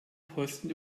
posten